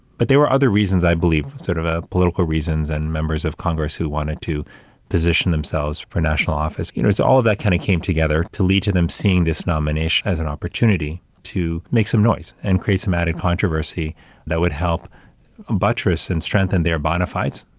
but they were other reasons, i believe, sort of ah political reasons and members of congress who wanted to position themselves for national office. it you know was all of that kind of came together to lead to them seeing this nomination as an opportunity to make some noise and create some added controversy that would help buttress and strengthen their bona fides,